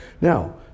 now